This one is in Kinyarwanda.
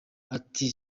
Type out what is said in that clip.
ati